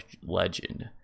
Legend